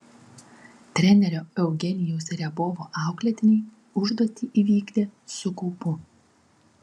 trenerio eugenijaus riabovo auklėtiniai užduotį įvykdė su kaupu